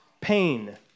pain